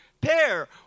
pair